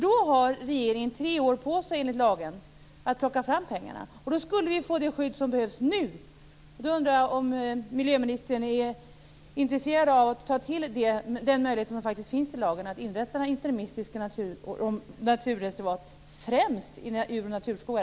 Då har regeringen, enligt lagen, tre år på sig att plocka fram pengarna. Då skulle vi få det skydd som behövs nu. Jag undrar om miljöministern är intresserad av att ta till den möjlighet som faktiskt finns i lagen att inrätta interimistiska naturreservat, främst i ur och naturskogar.